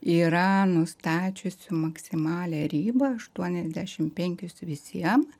yra nustačiusi maksimalią ribą aštuoniasdešimt penkis visiem